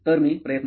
मी प्रयत्न करिन